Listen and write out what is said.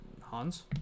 Hans